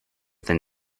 than